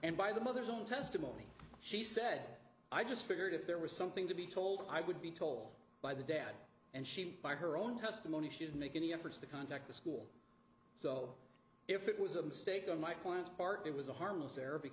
and by the mother's own testimony she said i just figured if there was something to be told i would be told by the dad and she by her own testimony should make any efforts to contact the school so if it was a mistake on my client's part it was a harmless